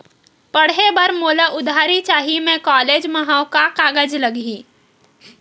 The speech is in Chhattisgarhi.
पढ़े बर मोला उधारी चाही मैं कॉलेज मा हव, का कागज लगही?